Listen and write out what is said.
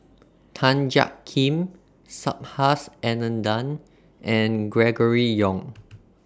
Tan Jiak Kim Subhas Anandan and Gregory Yong